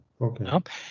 okay